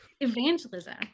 evangelism